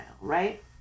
right